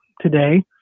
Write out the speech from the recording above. today